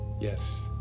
Yes